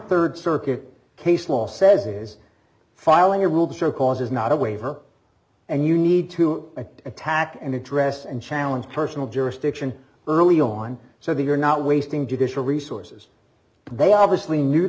rd circuit case law says is filing a rule to show cause is not a waiver and you need to attack and address and challenge personal jurisdiction early on so that you're not wasting judicial resources but they obviously knew